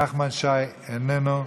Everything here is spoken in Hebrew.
נחמן שי, איננו,